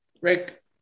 Rick